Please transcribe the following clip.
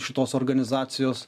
šitos organizacijos